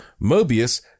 Mobius